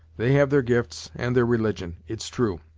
they have their gifts, and their religion, it's true